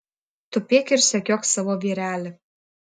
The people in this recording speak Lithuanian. tupėk ir sekiok savo vyrelį